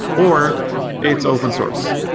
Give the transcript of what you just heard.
or its open-source,